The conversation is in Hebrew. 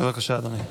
בבקשה, אדוני.